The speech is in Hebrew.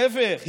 להפך,